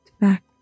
back